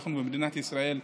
אנחנו במדינת ישראל,